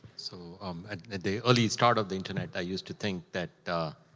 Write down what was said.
so um ah at the early start of the internet, i used to think that, ah